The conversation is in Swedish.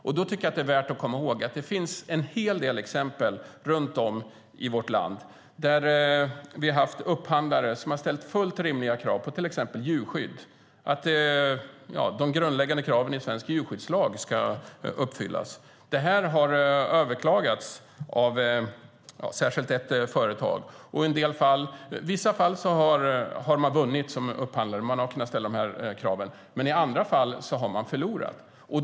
Då tycker jag att det är värt att komma ihåg att det finns en hel del exempel runt om i vårt land där upphandlare har ställt fullt rimliga krav på till exempel djurskydd, att de grundläggande kraven i svensk djurskyddslag ska uppfyllas. Det har överklagats av särskilt ett företag. I vissa fall har man som upphandlare vunnit och kunnat ställa de här kraven, men i andra fall har man förlorat.